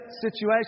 situation